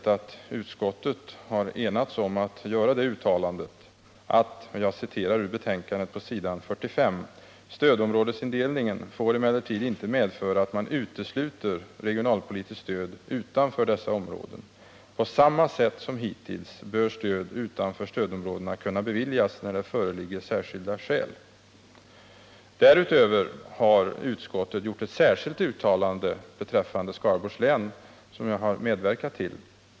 Utskottet har enats om att göra följande uttalande. Det står på s. 45 i utskottsbetänkandet: ”Stödområdesindelningen får emellertid inte medföra att man utesluter regionalpolitiskt stöd utanför dessa områden. På samma sätt som hittills bör stöd utanför stödområdena kunna beviljas när det föreligger särskilda skäl.” Därutöver har utskottet beträffande Skaraborgs län gjort ett särskilt uttalande, som jag har medverkat till.